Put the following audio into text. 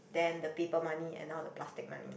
then the paper money and now the plastic money